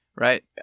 Right